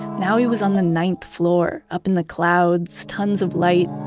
now he was on the ninth floor, up in the clouds, tons of light,